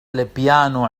البيانو